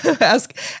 ask